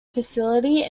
facility